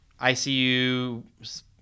ICU